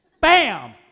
BAM